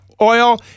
oil